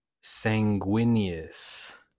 sanguineous